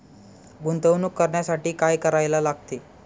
गुंतवणूक करण्यासाठी काय करायला लागते?